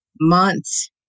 months